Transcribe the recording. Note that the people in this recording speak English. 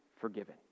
forgiven